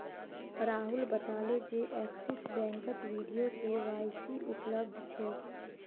राहुल बताले जे एक्सिस बैंकत वीडियो के.वाई.सी उपलब्ध छेक